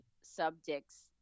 subjects